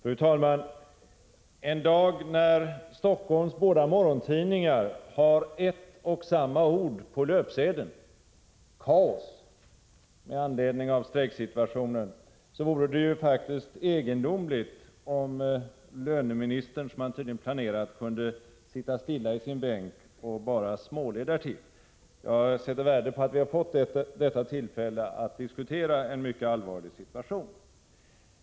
Fru talman! En dag när Stockholms båda morgontidningar med anledning av strejksituationen har ett och samma ord på löpsedeln — kaos — vore det faktiskt egendomligt om löneministern, som han tydligen planerat, kunde sitta stilla i sin bänk och bara småle därtill. Jag sätter värde på att vi har fått detta tillfälle att diskutera en mycket allvarlig situation.